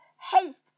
haste